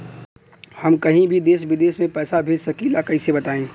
हम कहीं भी देश विदेश में पैसा भेज सकीला कईसे बताई?